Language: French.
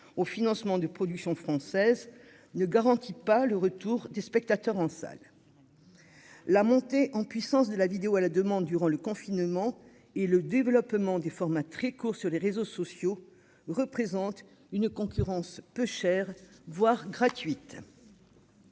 au financement de productions françaises ne garantit pas le retour des spectateurs en salle, la montée en puissance de la vidéo à la demande durant le confinement et le développement des formats très courts sur les réseaux sociaux représentent une concurrence peu chères, voire gratuites.